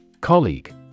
Colleague